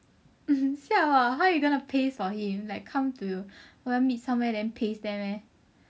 siao ah how you going to paste for him like come to want meet somewhere then paste there meh